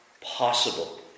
possible